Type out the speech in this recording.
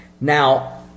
Now